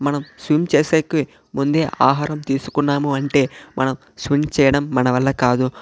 మనం స్విమ్ చేసేకి ముందే ఆహారం తీసుకున్నాము అంటే మనం స్విమ్ చేయడం మన వల్ల కాదు